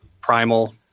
primal